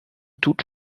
toute